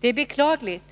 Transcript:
Det är beklagligt